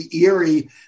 eerie